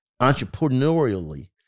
entrepreneurially